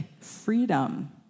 freedom